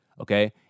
okay